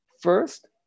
First